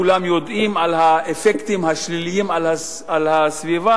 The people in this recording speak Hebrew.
כולם יודעים את האפקטים השליליים על הסביבה,